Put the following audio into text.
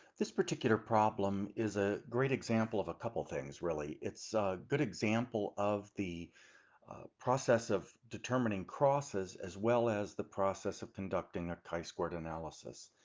this particular problem is a great example of a couple things really. it's a good example of the process of determining crosses as well as the process of conducting a chi-squared analysis.